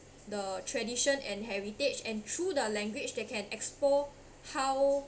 the tradition and heritage and through the language that can explore how